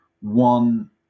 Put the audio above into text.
one